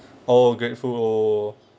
oh grateful loh